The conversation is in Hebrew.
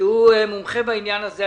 מומחה בעניין הזה.